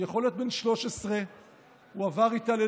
הוא יכול להיות בן 13. הוא עבר התעללות,